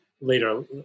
later